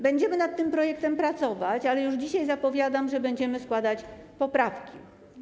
Będziemy nad tym projektem pracować, ale już dzisiaj zapowiadam, że będziemy składać poprawki.